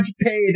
paid